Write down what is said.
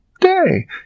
day